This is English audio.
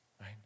Right